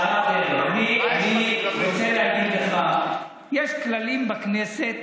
הרב דרעי, אני רוצה להגיד לך, יש כללים בכנסת